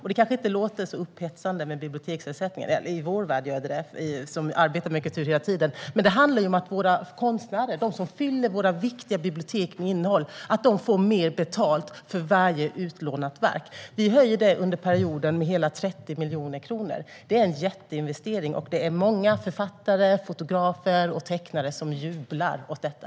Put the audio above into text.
Detta kanske inte låter så upphetsande - förutom i vår värld, vi som arbetar med kultur hela tiden - men det handlar om att våra konstnärer, som fyller våra viktiga bibliotek med innehåll, får mer betalt för varje utlånat verk. Under perioden höjer vi den med hela 30 miljoner kronor. Det är en jätteinvestering, och många författare, fotografer och tecknare jublar åt detta.